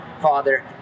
Father